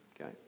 Okay